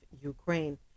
Ukraine